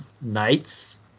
knights